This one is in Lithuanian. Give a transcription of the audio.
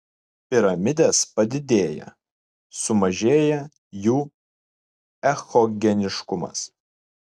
piramidės padidėja sumažėja jų echogeniškumas